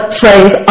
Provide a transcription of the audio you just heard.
phrase